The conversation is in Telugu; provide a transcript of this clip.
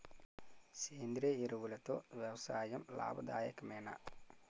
సేంద్రీయ ఎరువులతో వ్యవసాయం లాభదాయకమేనా?